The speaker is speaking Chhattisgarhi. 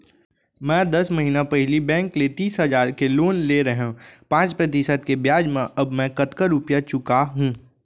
मैं दस महिना पहिली बैंक ले तीस हजार के लोन ले रहेंव पाँच प्रतिशत के ब्याज म अब मैं कतका रुपिया चुका हूँ?